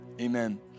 Amen